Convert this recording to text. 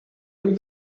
would